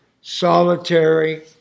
solitary